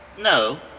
No